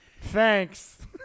thanks